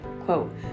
quote